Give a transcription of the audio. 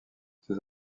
ses